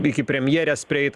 iki premjerės prieit